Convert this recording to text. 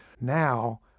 now